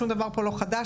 שום דבר לא חדש,